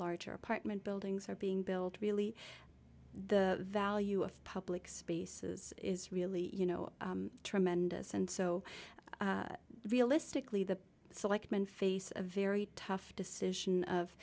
larger apartment buildings are being built really the value of public spaces is really you know tremendous and so realistically the selectmen face a very tough decision of